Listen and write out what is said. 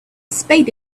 spade